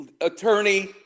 attorney